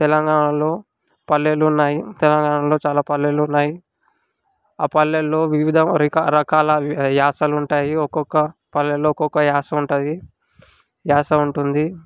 తెలంగాణలో పల్లెలు ఉన్నాయి తెలంగాణలో చాలా పల్లెలు ఉన్నాయి ఆ పల్లెల్లో వివిధ రికా రకాల యాసలు ఉంటాయి ఒక్కొక్క పల్లెలో ఒక్కొక్క యాస ఉంటాయి యాస ఉంటుంది